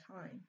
time